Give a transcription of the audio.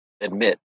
admit